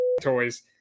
toys